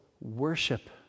worship